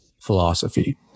philosophy